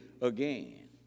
again